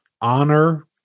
honor